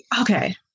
Okay